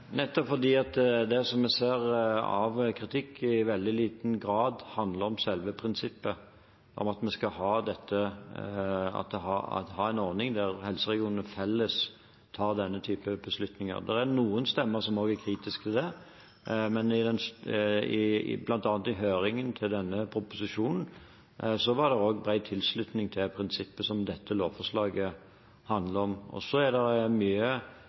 Nettopp fordi det vi ser av kritikk, i veldig liten grad handler om selve prinsippet om at vi skal ha en ordning der helseregionene tar denne typen beslutninger felles. Det er noen stemmer som har vært kritiske til det, men bl.a. i høringen til denne proposisjonen var det bred tilslutning til prinsippet som dette lovforslaget handler om. Så er det mye